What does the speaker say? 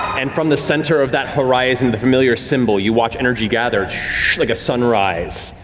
and from the center of that horizon, the familiar symbol, you watch energy gather like a sunrise.